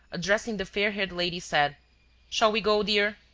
addressing the fair-haired lady, said shall we go, dear?